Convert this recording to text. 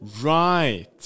Right